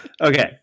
Okay